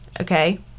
Okay